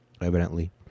evidently